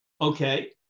Okay